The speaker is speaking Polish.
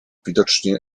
widocznie